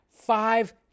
Five